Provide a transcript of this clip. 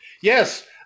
Yes